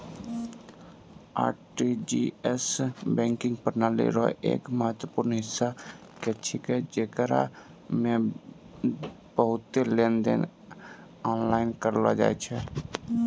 RTGS banking प्रणाली रो एक महत्वपूर्ण हिस्सा छेकै जेकरा मे बहुते लेनदेन आनलाइन करलो जाय छै